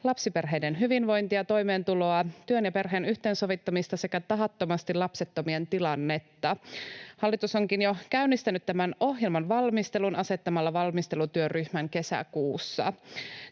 lapsiperheiden hyvinvointia ja toimeentuloa, työn ja perheen yhteensovittamista sekä tahattomasti lapsettomien tilannetta. Hallitus onkin jo käynnistänyt tämän ohjelman valmistelun asettamalla valmistelutyöryhmän kesäkuussa.